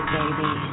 baby